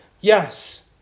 Yes